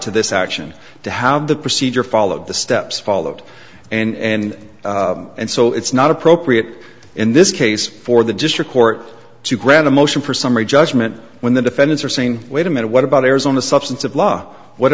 to this action to have the procedure followed the steps followed and and so it's not appropriate in this case for the district court to grant a motion for summary judgment when the defendants are saying wait a minute what about arizona substance of law what